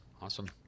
awesome